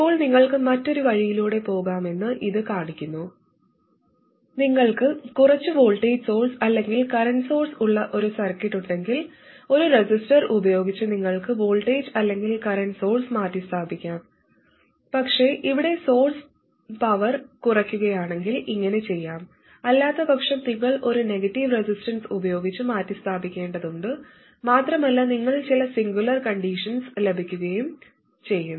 ഇപ്പോൾ നിങ്ങൾക്ക് മറ്റൊരു വഴിയിലൂടെ പോകാമെന്ന് ഇത് കാണിക്കുന്നു നിങ്ങൾക്ക് കുറച്ച് വോൾട്ടേജ് സോഴ്സ് അല്ലെങ്കിൽ കറന്റ് സോഴ്സ് ഉള്ള ഒരു സർക്യൂട്ട് ഉണ്ടെങ്കിൽ ഒരു റെസിസ്റ്റർ ഉപയോഗിച്ച് നിങ്ങൾക്ക് വോൾട്ടേജ് അല്ലെങ്കിൽ കറന്റ് സോഴ്സ് മാറ്റിസ്ഥാപിക്കാം പക്ഷെ ഇവിടെ സോഴ്സ് പവർ കുറയ്ക്കുകയാണെങ്കിൽ ഇങ്ങനെ ചെയ്യാം അല്ലാത്തപക്ഷം നിങ്ങൾ ഒരു നെഗറ്റീവ് റെസിസ്റ്റൻസ് ഉപയോഗിച്ച് മാറ്റിസ്ഥാപിക്കേണ്ടതുണ്ട് മാത്രമല്ല നിങ്ങൾക്ക് ചില സിംഗുലർ കണ്ടീഷൻസ് ലഭിക്കുകയും ചെയ്യും